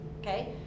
okay